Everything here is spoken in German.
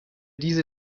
diese